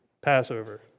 Passover